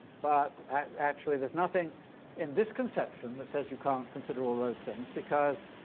but actually, there's nothing in this conception that says you can't consider all those things, because,